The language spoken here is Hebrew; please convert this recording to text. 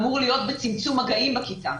אמור להיות בצמצום מגעים בכיתה.